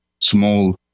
small